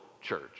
church